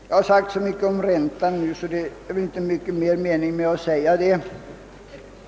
Jag har talat så mycket om räntan att det egentligen inte är mycken mening med att säga mer.